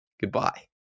goodbye